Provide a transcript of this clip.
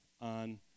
on